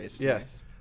Yes